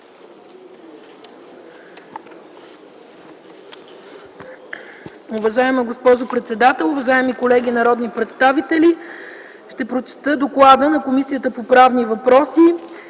Уважаема госпожо председател, уважаеми колеги народни представители! Ще прочета доклада на Комисията по правни въпроси